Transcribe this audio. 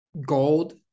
Gold